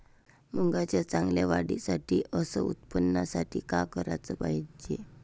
मुंगाच्या चांगल्या वाढीसाठी अस उत्पन्नासाठी का कराच पायजे?